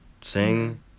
sing